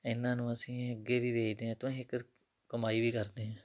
ਇਹਨਾਂ ਨੂੰ ਅਸੀਂ ਅੱਗੇ ਵੀ ਵੇਚਦੇ ਆ ਤੋਂ ਹੀ ਇੱਕ ਕਮਾਈ ਵੀ ਕਰਦੇ ਹਾਂ